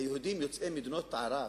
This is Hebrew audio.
היהודים יוצאי מדינות ערב